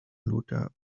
lothar